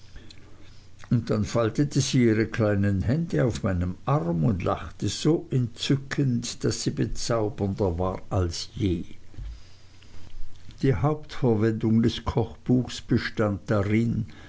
und dann faltete sie ihre kleinen hände auf meinem arm und lachte so entzückend daß sie bezaubernder war als je die hauptverwendung des kochbuchs bestand darin